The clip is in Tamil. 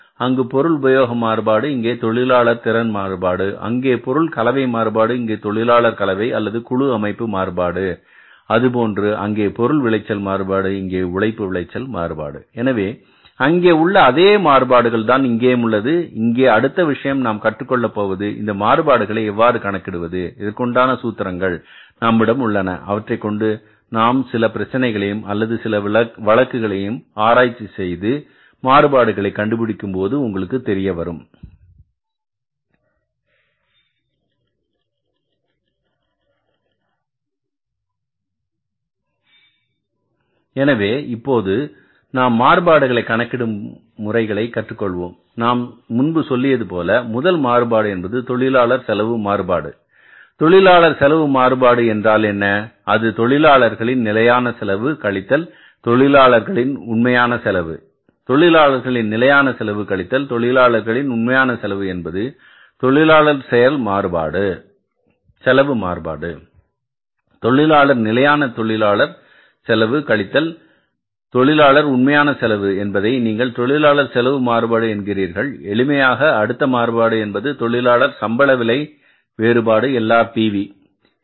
அங்கு பொருள் உபயோக மாறுபாடு இங்கே தொழிலாளர் திறன் மாறுபாடு அங்கே பொருள் கலவை மாறுபாடு இங்கே தொழிலாளர்கள் கலவை அல்லது குழு அமைப்பு மாறுபாடு அதேபோன்று அங்கே பொருள் விளைச்சல் மாறுபாடு இங்கே உழைப்பு விளைச்சல் மாறுபாடு எனவே அங்கே உள்ள அதே மாறுபாடுகள் தான் இங்கேயும் உள்ளது இங்கே அடுத்த விஷயம் நாம் கற்றுக் கொள்ளப் போவது இந்த மாறுபாடுகளை எவ்வாறு கணக்கிடுவது இதற்குண்டான சூத்திரங்கள் நம்மிடம் உள்ளனஅவற்றைக்கொண்டு நாம் சில பிரச்சனைகளையும் அல்லது சில வழக்குகளையும் ஆராய்ச்சி செய்து மாறுபாடுகளை கண்டுபிடிக்கும் போது உங்களுக்கு தெரியவரும் எனவே இப்போது நாம் மாறுபாடுகளை கணக்கிடும் முறைகளை கற்றுக்கொள்வோம் நான் முன்பு சொல்லியது போல முதல் மாறுபாடு என்பது தொழிலாளர் செலவு மாறுபாடு தொழிலாளர் செலவு மாறுபாடு என்றால் என்ன அது தொழிலாளர்களின் நிலையான செலவு கழித்தல் தொழிலாளர்களின் உண்மையான செலவு தொழிலாளர்களின் நிலையான செலவு கழித்தல் தொழிலாளர்களின் உண்மையான செலவு என்பது தொழிலாளர் செலவு மாறுபாடு தொழிலாளர் நிலையான தொழிலாளர் செலவு கழித்தல் தொழிலாளர் உண்மையான செலவு என்பதை நீங்கள் தொழிலாளர் செலவு மாறுபாடு என்கிறீர்கள் எளிமையாக அடுத்த மாறுபாடு என்பது தொழிலாளர் சம்பள விலை வேறுபாடு LRPV